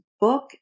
book